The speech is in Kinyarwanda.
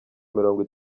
mirongo